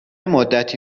مدتی